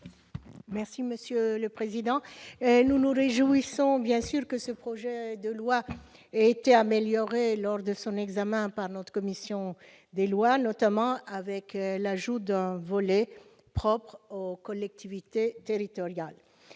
Mme Esther Benbassa. Nous nous réjouissons que ce projet de loi ait été amélioré lors de son examen par la commission des lois, notamment avec l'ajout d'un volet propre aux collectivités territoriales.